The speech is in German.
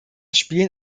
spielen